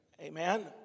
Amen